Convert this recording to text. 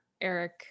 Eric